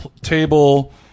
table